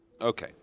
Okay